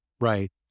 Right